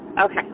Okay